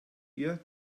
ihr